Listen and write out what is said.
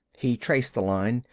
he traced the line.